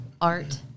art